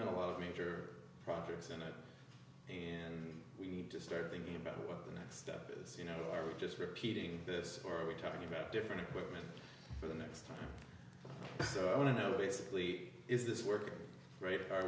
done a lot of major projects in it and we need to start thinking about the next step is you know are we just repeating this or are we talking about different equipment for the next time so i want to know basically is this work great are